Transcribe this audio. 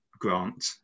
grant